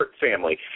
family